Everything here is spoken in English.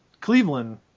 Cleveland